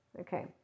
Okay